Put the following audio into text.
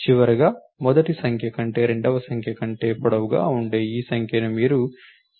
చివరకు మొదటి సంఖ్య కంటే రెండవ సంఖ్య కంటే పొడవుగా ఉండే ఈ సంఖ్యను మీరు దాని క్యారీని జోడిస్తారు